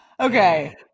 Okay